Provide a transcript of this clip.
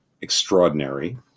extraordinary